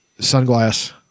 Sunglass